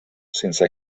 sense